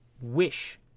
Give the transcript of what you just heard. wish